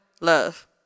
love